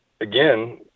again